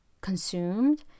consumed